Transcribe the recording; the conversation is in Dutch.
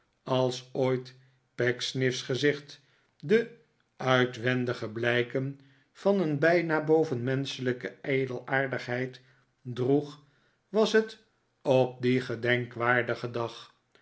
als ooit pecksniff's gezicht de uitwendige blijken van een bijna bovenmenschelijke edelaardigheid droeg was bet op dien gedenkwaardigen dag